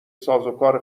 سازوکار